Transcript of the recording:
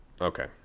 okay